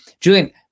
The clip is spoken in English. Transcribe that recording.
Julian